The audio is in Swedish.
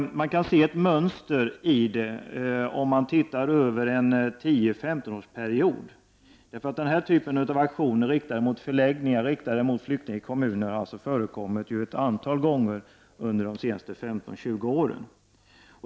Man kan se ett mönster i det om man tittar över en period på 10—15 år. Den här typen av aktioner riktade mot flyktingar och flyktingförläggningar i kommuner har alltså förekommit ett antal gånger under de senaste 15—20 åren.